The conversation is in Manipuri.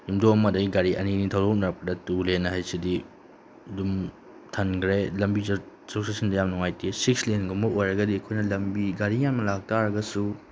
ꯌꯨꯝꯊꯣꯡ ꯑꯃꯗꯒꯤ ꯒꯥꯔꯤ ꯑꯅꯤ ꯑꯅꯤ ꯊꯧꯗꯣꯛꯅꯔꯛꯄꯗ ꯇꯨ ꯂꯦꯟ ꯍꯥꯏꯁꯤꯗꯤ ꯑꯗꯨꯝ ꯊꯟꯈ꯭ꯔꯦ ꯂꯝꯕꯤ ꯆꯠꯊꯣꯛ ꯆꯠꯁꯤꯟꯗ ꯌꯥꯝ ꯅꯨꯡꯉꯥꯏꯇꯦ ꯁꯤꯛꯁ ꯂꯦꯟꯒꯨꯝꯕ ꯑꯣꯏꯔꯒꯗꯤ ꯑꯩꯈꯣꯏꯅ ꯂꯝꯕꯤ ꯒꯥꯔꯤ ꯌꯥꯝꯅ ꯂꯥꯛ ꯇꯥꯔꯒꯁꯨ